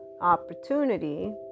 opportunity